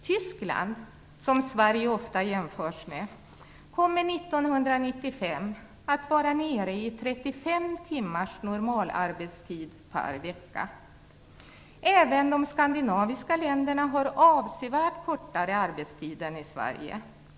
Tyskland, som Sverige ofta jämförs med, kommer 1995 att vara nere i 35 timmars normalarbetstid per vecka. Även i de andra skandinaviska länderna har man avsevärt mycket kortare arbetstid än i Sverige.